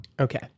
Okay